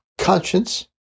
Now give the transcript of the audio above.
conscience